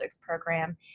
program